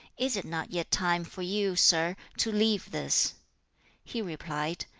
is it not yet time for you, sir, to leave this he replied,